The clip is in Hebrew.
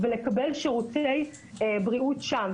ולקבל שירותי בריאות שם.